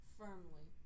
firmly